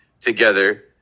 together